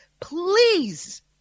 please